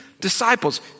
disciples